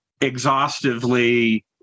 exhaustively